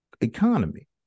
economy